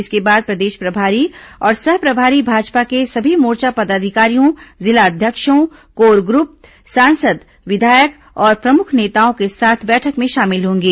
इसके बाद प्रदेश प्रभारी और सह प्रभारी भाजपा के सभी मोर्चा पदाधिकारियों जिला अध्यक्षों कोर ग्रप सांसद विधायक और प्रमुख नेताओं के साथ बैठक में शामिल होंगे